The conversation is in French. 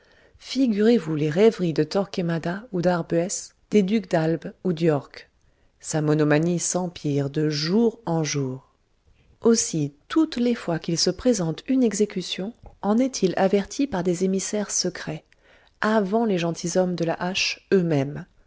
figurez-vous les rêveries de torquemada ou d'arbuez des ducs d'albe ou d'york sa monomanie s'empire de jour en jour aussi toutes les fois qu'il se présente une exécution en est-il averti par des émissaires secrets avant les gentilshommes de la hache eux-mêmes